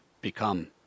become